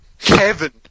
Kevin